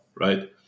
right